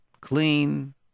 clean